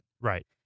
Right